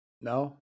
No